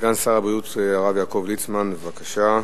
סגן שר הבריאות הרב יעקב ליצמן, בבקשה.